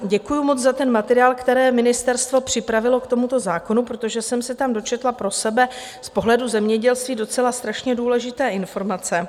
Děkuju moc za ten materiál, který ministerstvo připravilo k tomuto zákonu, protože jsem se tam dočetla pro sebe z pohledu zemědělství docela strašně důležité informace.